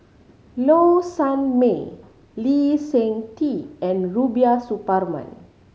Low Sanmay Lee Seng Tee and Rubiah Suparman